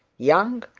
young,